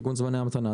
כגון זמני המתנה.